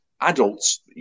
adults